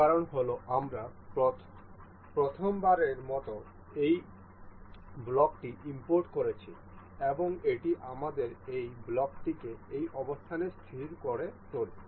এর কারণ হল আমরা প্রথমবারের মতো এই ব্লকটি ইমপোর্ট করেছি এবং এটি আমাদের এই ব্লকটিকে এই অবস্থানে স্থির করে তোলে